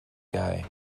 guy